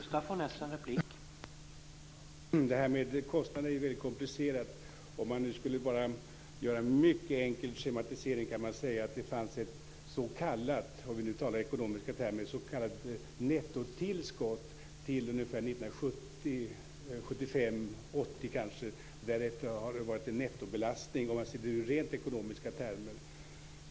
Herr talman! Det här med kostnader är ju väldigt komplicerat. För att bara göra en mycket enkel schematisering kan man säga att det fanns ett, om vi nu skall tala i ekonomiska termer, s.k. nettotillskott fram till kanske 1980. Därefter har det varit en nettobelastning om man ser det i rent ekonomiska termer.